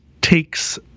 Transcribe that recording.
takes